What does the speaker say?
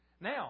Now